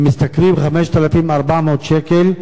הם משתכרים 5,400 שקל,